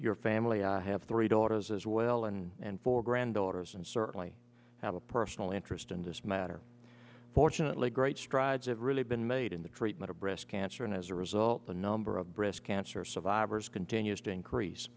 your family i have three daughters as well and four granddaughters and certainly have a personal interest in this matter fortunately great strides have really been made in the treatment of breast cancer and as a result the number of breast cancer survivors continues to increase